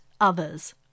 others